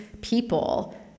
people